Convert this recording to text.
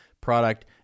product